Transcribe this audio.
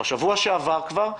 בשבוע שעבר כבר,